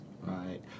Right